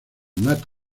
nat